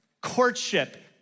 courtship